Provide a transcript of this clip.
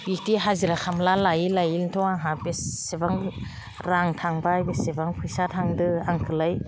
बिदि हाजिरा खामला लायै लायैनोथ' आंहा बेसेबां रां थांबाय बेसेबां फैसा थांदो आंखौलाय